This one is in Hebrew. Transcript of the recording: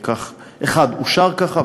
אחד אושר ככה,